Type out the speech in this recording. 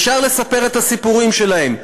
ישר לספר את הסיפורים שלהם.